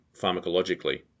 pharmacologically